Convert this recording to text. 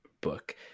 book